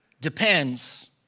depends